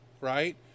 right